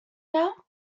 now